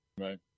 Right